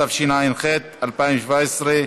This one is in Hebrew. התשע"ח 2017,